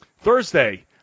Thursday